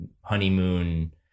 honeymoon